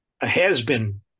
has-been